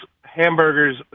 hamburgers